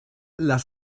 las